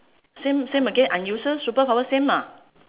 same same again unusual superpower same ah